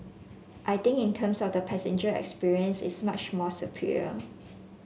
I think in terms of the passenger experience it's much more superior